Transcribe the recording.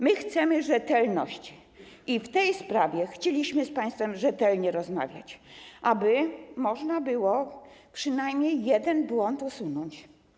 My chcemy rzetelności i w tej sprawie chcieliśmy z państwem rzetelnie rozmawiać, aby można było przynajmniej jeden błąd usunąć.